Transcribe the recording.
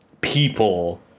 people